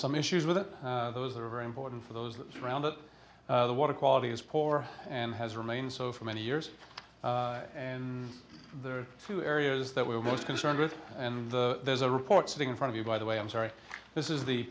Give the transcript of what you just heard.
some issues with it those are very important for those that surround it the water quality is poor and has remained so for many years and there are few areas that we're most concerned with and the there's a report sitting in front of you by the way i'm sorry this is the